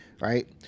right